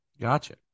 Gotcha